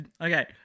Okay